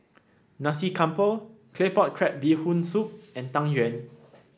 Nasi Campur Claypot Crab Bee Hoon Soup and Tang Yuen